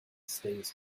stays